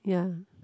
ya